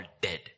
dead